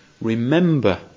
Remember